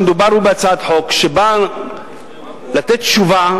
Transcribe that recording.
המדובר הוא בהצעת חוק שבאה לתת תשובה,